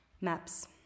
Maps